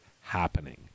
happening